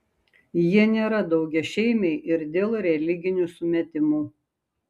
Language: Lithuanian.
jie nėra daugiašeimiai ir dėl religinių sumetimų